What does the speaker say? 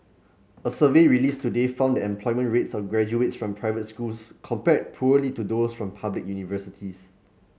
a survey released today found employment rates of graduates from private schools compared poorly to those from public universities